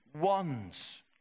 ones